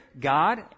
God